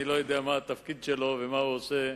אני לא יודע מה התפקיד שלו ומה הוא עושה,